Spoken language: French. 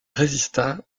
résista